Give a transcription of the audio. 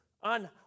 on